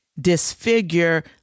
disfigure